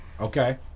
Okay